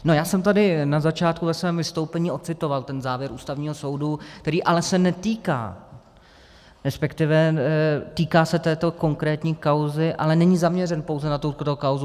No, já jsem tady na začátku ve svém vystoupení ocitoval ten závěr Ústavního soudu, který ale se netýká, respektive týká se této konkrétní kauzy, ale není zaměřen pouze na tuto kauzu.